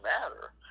matter